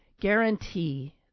guarantee